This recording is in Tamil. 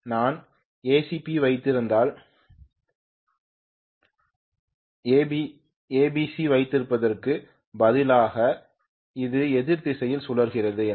நான் ஏசிபி வைத்திருந்தால் ஏபிசி வைத்திருப்பதற்கு பதிலாக அது எதிர் திசையில் சுழல்கிறது என்றால்